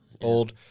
Old